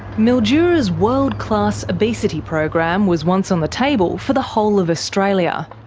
mildura's world class obesity program was once on the table for the whole of australia.